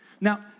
Now